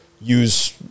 use